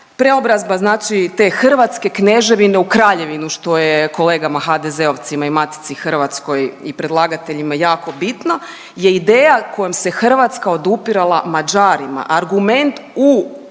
Preobrazba znači te hrvatske kneževine u kraljevine što je kolegama HDZ-ovcima i Matici hrvatskoj i predlagateljima jako bitno, je ideja kojom se Hrvatska odupirala Mađarima, argument u